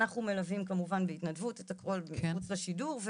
אנחנו מלווים כמובן בהתנדבות את הכל בכפוף לשידור.